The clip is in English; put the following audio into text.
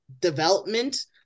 development